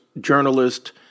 journalist